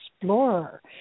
explorer